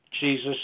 Jesus